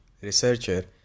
researcher